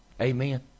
Amen